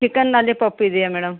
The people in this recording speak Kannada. ಚಿಕನ್ ಲಾಲಿಪಪ್ ಇದೆಯಾ ಮೇಡಮ್